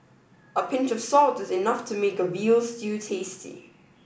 a pinch of salt is enough to make a veal stew tasty